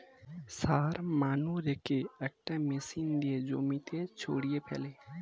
সার মানুরেকে একটা মেশিন দিয়ে জমিতে ছড়িয়ে ফেলে